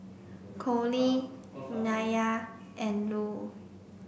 Cole Nyah and Lue